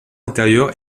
intérieure